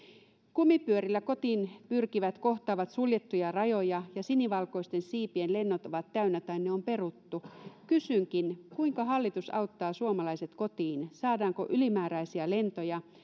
kumipyörillä kotiin pyrkivät kohtaavat suljettuja rajoja ja sinivalkoisten siipien lennot ovat täynnä tai ne on peruttu kysynkin kuinka hallitus auttaa suomalaiset kotiin saadaanko ylimääräisiä lentoja